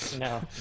No